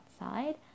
outside